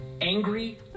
angry